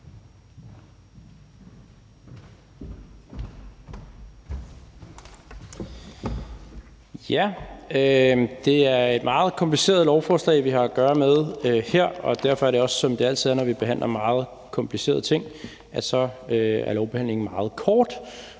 Det er et meget kompliceret lovforslag, vi har at gøre med her, og derfor er det også sådan, som det altid er, når vi behandler meget komplicerede ting, at lovbehandlingen er meget kort,